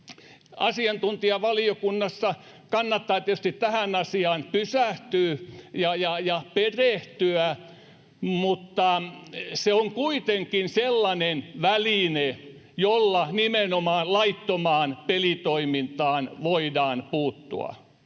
Asiantuntijavaliokunnissa kannattaa tietysti tähän asiaan pysähtyä ja perehtyä, mutta se on kuitenkin sellainen väline, jolla nimenomaan laittomaan pelitoimintaan voidaan puuttua.